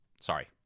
Sorry